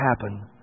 happen